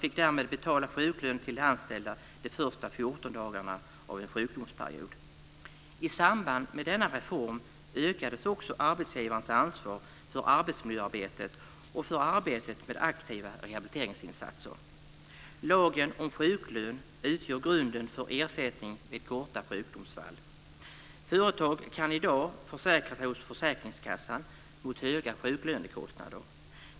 I samband med denna reform ökades också arbetsgivarens ansvar för arbetsmiljöarbetet och för arbetet med aktiva rehabiliteringsinsatser. Lagen om sjuklön utgör grunden för ersättning vid korta sjukdomsfall. Företag kan i dag försäkra sig hos försäkringskassan mot höga sjuklönekostnader.